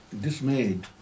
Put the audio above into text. dismayed